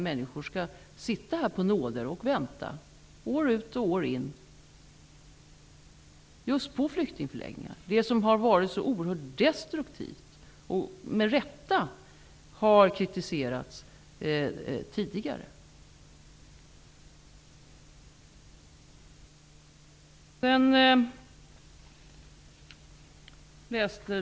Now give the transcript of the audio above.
Människor skall alltså år ut och år in sitta på nåder, just på flyktingförläggningarna, och vänta, det som har varit så oerhört destruktivt och som med rätta har kritiserats tidigare.